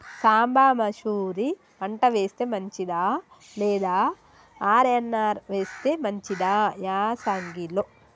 సాంబ మషూరి పంట వేస్తే మంచిదా లేదా ఆర్.ఎన్.ఆర్ వేస్తే మంచిదా యాసంగి లో?